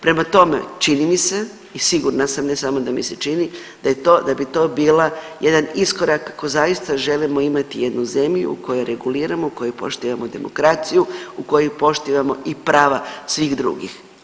Prema tome čini mi se i sigurna sam, ne samo da mi se čini da bi to bila jedan iskorak ako zaista želimo imati jednu zemlju u kojoj reguliramo, u kojoj poštujemo demokraciju, u kojoj i poštivamo i prava svih drugih.